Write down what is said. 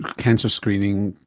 cancer screening,